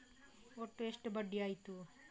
ಒಟ್ಟು ಎಷ್ಟು ಬಡ್ಡಿ ಆಯಿತು?